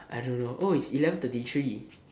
I don't know oh it's eleven thirty three